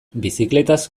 bizikletaz